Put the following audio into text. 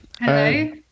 Hello